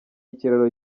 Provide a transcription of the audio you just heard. ikiraro